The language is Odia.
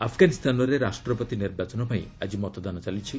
ଆଫ୍ଗାନିସ୍ତାନରେ ରାଷ୍ଟ୍ରପତି ନିର୍ବାଚନ ପାଇଁ ଆଜି ମତଦାନ ଚାଲିଛି